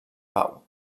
pau